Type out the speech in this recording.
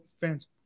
fans